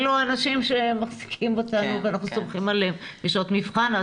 אלו האנשים שמחזיקים אותנו ואנחנו סומכים עליהם בשעות מבחן.